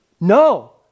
No